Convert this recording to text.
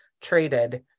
traded